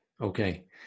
Okay